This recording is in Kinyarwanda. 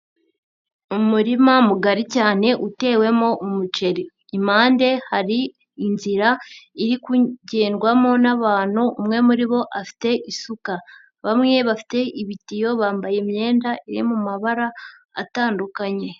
Umurima mugari cyane utewemo umuceri, impande hari inzira iri kugendwamo n'abantu umwe muri bo afite isuka, bamwe bafite ibitiyo bambaye imyenda iri mu mabara atandukanye.